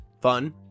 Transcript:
fun